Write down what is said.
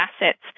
assets